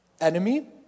Enemy